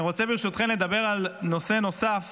אני רוצה, ברשותכם, לדבר על נושא נוסף